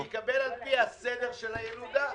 שיקבל על פי הסדר של הילודה.